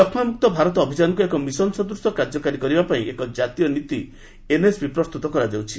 ଯକ୍ଷାମୁକ୍ତ ଭାରତ ଅଭିଯାନକୁ ଏକ ମିଶନ୍ ସଦୂଶ କାର୍ଯ୍ୟକାରୀ କରିବାପାଇଁ ଏକ ଜାତୀୟ ନୀତି ଏନ୍ଏସ୍ପି ପ୍ରସ୍ତୁତ କରାଯାଉଛି